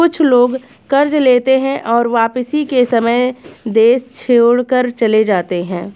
कुछ लोग कर्ज लेते हैं और वापसी के समय देश छोड़कर चले जाते हैं